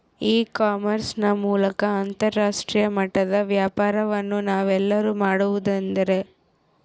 E commerce ನ ಮೂಲಕ ಅಂತರಾಷ್ಟ್ರೇಯ ಮಟ್ಟದ ವ್ಯಾಪಾರವನ್ನು ನಾವೆಲ್ಲರೂ ಮಾಡುವುದೆಂದರೆ?